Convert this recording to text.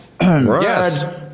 yes